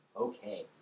Okay